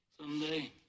Someday